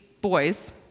boys